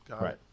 Right